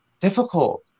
difficult